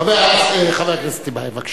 חבר הכנסת טיבייב, בבקשה.